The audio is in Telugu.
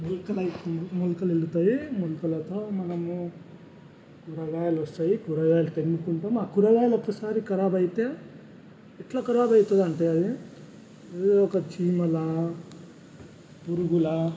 మొలకలు అవుతాయి మొలకలు అవుతాయి మొలకలుతో మనము కూరగాయలు వస్తాయి కూరగాయలు తినుకుంటూ మాకు కూరగాయలు ఒక్కసారి ఖరాబయితే ఎట్ల ఖరాబు అవుతుంది అంటే అది ఏదొక చీమలా పురుగులా